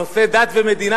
נושא דת ומדינה,